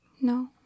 no